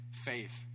faith